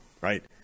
right